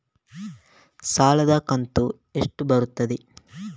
ಸಾಲದ ಕಂತು ಎಷ್ಟು ಬರುತ್ತದೆ?